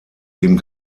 zudem